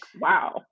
wow